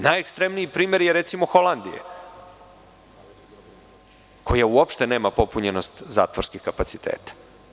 Najekstremniji primer je primer Holandije, koja uopšte nema popunjenost zatvorskih kapaciteta.